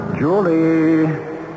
Julie